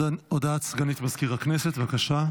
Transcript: הודעת סגנית מזכיר הכנסת, בבקשה.